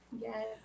yes